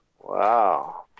Wow